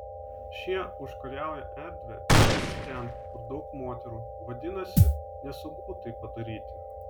šie užkariauja erdvę ypač ten kur daug moterų vadinasi nesunku tai padaryti